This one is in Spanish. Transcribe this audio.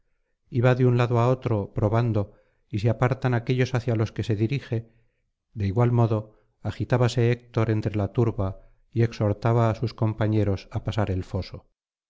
va de un lado á otro probando y se apartan aquellos hacia los que se dirige de igual modo agitábase héctor entre la turba y exhortaba á sus compañeros á pasar el foso